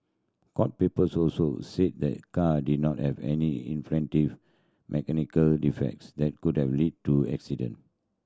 court papers also said the car did not have any mechanical defects that could have led to accident